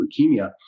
leukemia